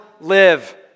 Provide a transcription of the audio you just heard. live